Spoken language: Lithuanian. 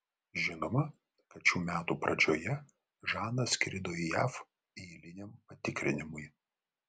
žinoma kad šių metų pradžioje žana skrido į jav eiliniam patikrinimui